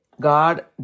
God